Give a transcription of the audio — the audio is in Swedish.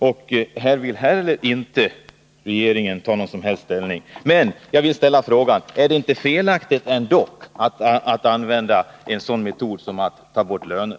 Inte heller här vill regeringen ta någon som helst ställning. Jag vill ställa frågan: Är det ändock inte felaktigt att använda en sådan metod som att ta bort lönen?